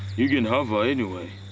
you can have her anyway.